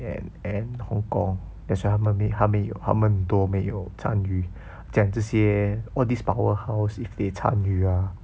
and and hong kong that's why 他们没有他没有他们很多没有参与讲这些 all these powerhouse if they 参与 ah